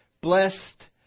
blessed